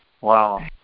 Wow